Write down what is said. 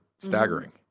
staggering